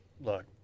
look